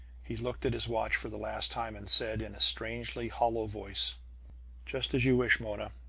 he looked at his watch for the last time, and said, in a strangely hollow voice just as you wish, mona.